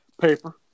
paper